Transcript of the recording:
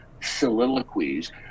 soliloquies